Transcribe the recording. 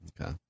Okay